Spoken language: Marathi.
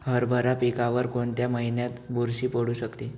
हरभरा पिकावर कोणत्या महिन्यात बुरशी पडू शकते?